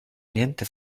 niente